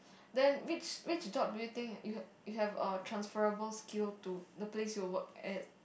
then which which job do you think you you have a transferable skill to the place you work at